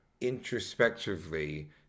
introspectively